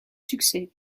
succès